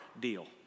deal